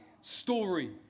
story